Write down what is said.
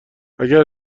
اگر